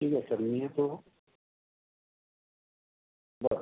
ठीक आहे सर मी येतो बरं